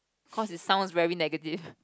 cause it sounds very negative